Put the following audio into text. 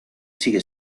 sigue